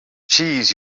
cheese